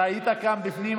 אתה היית כאן בפנים?